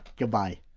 goodbye